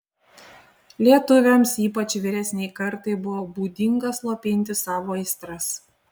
lietuviams ypač vyresnei kartai buvo būdinga slopinti savo aistras